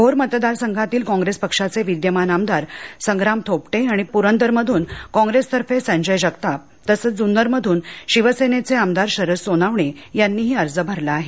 भोर मतदार संघातील काँग्रेस पक्षाचे विद्यमान आमदार संग्राम थोपटे आणि प्रंदर मध्रन काँग्रेसतर्फे संजय जगताप तसच जुन्नरमध्रन शिवसेनेचे आमदार शरद सोनावणे यांनीही अर्ज भरला आहे